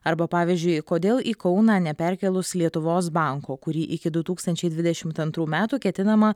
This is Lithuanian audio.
arba pavyzdžiui kodėl į kauną neperkėlus lietuvos banko kurį iki du tūkstančiai dvidešimt antrų metų ketinama